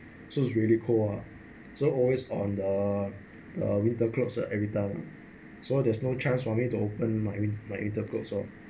so it's really cold ah so always on the uh winter clothes ah everytime so there's no chance for me to open my win~ winter clothes lor